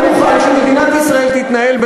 אני מוכן שמדינת ישראל תתנהל,